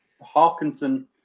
Hawkinson